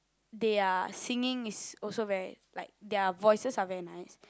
their singing is also very like their voices are very nice